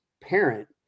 parent